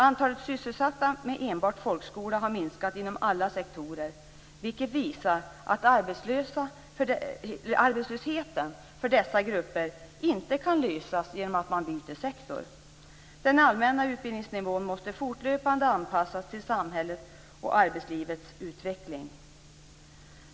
Antalet sysselsatta med enbart folkskola har minskat inom alla sektorer, vilket visar att arbetslösheten för dessa grupper inte kan lösas genom att de byter sektor. Den allmänna utbildningsnivån måste fortlöpande anpassas till samhällets och arbetslivets utveckling.